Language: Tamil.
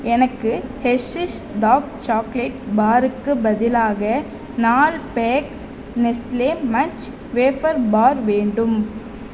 எனக்கு ஹெர்ஷீஸ் டார்க் சாக்லேட் பாருக்கு பதிலாக நால் pack Nestle Munch wafer bar வேண்டும்